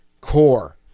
core